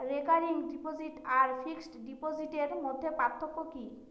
Recurring deposit আর fixed ডিপোজিটের মধ্যে পার্থক্য কি?